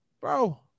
Bro